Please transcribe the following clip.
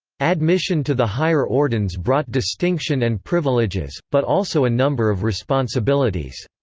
admission to the higher ordines brought distinction and privileges, but also a number of responsibilities.